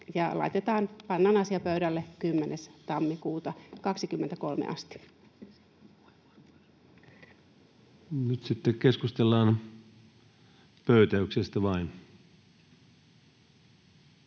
ylitse ja pannaan asia pöydälle 10. tammikuuta 23 asti. Nyt sitten keskustellaan vain pöytäyksestä.